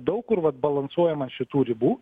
daug kur vat balansuojam ant šitų ribų